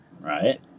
right